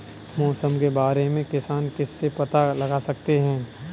मौसम के बारे में किसान किससे पता लगा सकते हैं?